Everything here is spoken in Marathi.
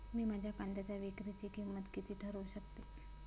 मी माझ्या कांद्यांच्या विक्रीची किंमत किती ठरवू शकतो?